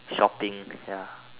shopping ya